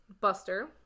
Buster